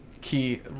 key